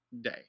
day